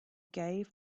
gave